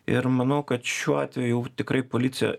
ir manau kad šiuo atveju jau tikrai policija